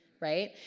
right